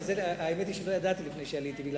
האמת היא שלא ידעתי לפני שעליתי.